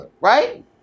Right